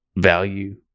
value